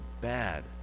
bad